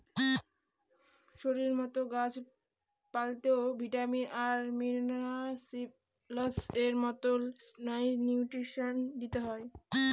শরীরের মতো গাছ পালতেও ভিটামিন আর মিনারেলস এর মতো মাইক্র নিউট্রিয়েন্টস দিতে হয়